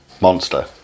monster